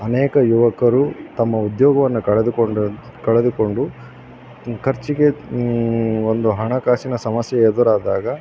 ಅನೇಕ ಯುವಕರು ತಮ್ಮ ಉದ್ಯೋಗವನ್ನ ಕಳೆದುಕೊಂಡಂತ ಕಳೆದುಕೊಂಡು ಖರ್ಚಿಗೆ ಒಂದು ಹಣಕಾಸಿನ ಸಮಸ್ಯೆ ಎದುರಾದಾಗ